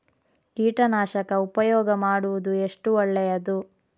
ಕೀಟನಾಶಕ ಉಪಯೋಗ ಮಾಡುವುದು ಎಷ್ಟು ಒಳ್ಳೆಯದು?